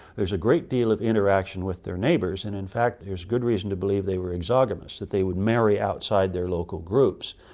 there's a great deal of interaction with their neighbours, and in fact there's good reason to believe they were exogamous, that they would marry outside their local groups.